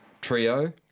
trio